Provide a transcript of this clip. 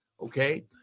okay